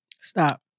Stop